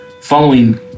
following